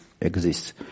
exists